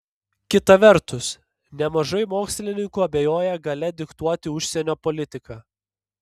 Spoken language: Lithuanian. kita vertus nemažai mokslininkų abejoja galia diktuoti užsienio politiką